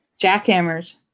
jackhammers